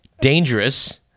dangerous